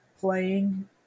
playing